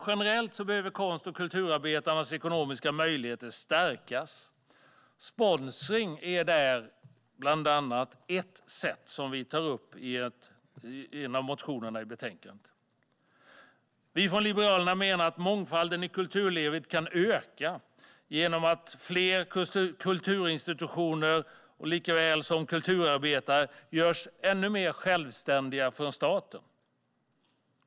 Generellt behöver konst och kulturarbetarnas ekonomiska möjligheter stärkas, bland annat genom sponsring, ett sätt som vi tar upp i en av motionerna i betänkandet. Vi från Liberalerna menar att mångfalden i kulturlivet kan öka genom att fler kulturinstitutioner likaväl som kulturarbetare görs ännu mer självständiga från staten.